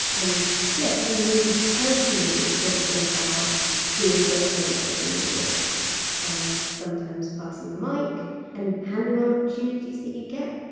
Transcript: and yeah for me personally it's just been about being braver and taking more risks and sometimes passing the mic and handing on opportunities that you get.